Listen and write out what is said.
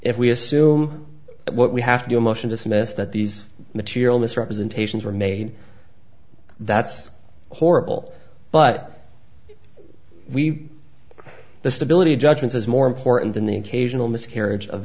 if we assume what we have to do a motion to dismiss that these material misrepresentations were made that's horrible but we the stability judgment is more important than the occasional miscarriage of